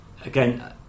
again